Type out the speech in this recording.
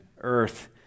earth